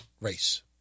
race